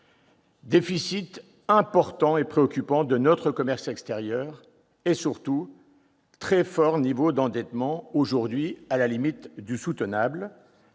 déficit important et préoccupant de notre commerce extérieur et, surtout, très fort niveau d'endettement, aujourd'hui à la limite du soutenable.